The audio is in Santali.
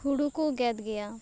ᱦᱩᱲᱩ ᱠᱚ ᱜᱮᱫ ᱜᱮᱭᱟ